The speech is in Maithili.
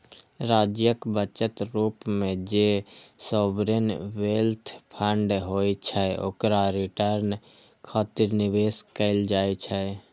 राज्यक बचत रूप मे जे सॉवरेन वेल्थ फंड होइ छै, ओकरा रिटर्न खातिर निवेश कैल जाइ छै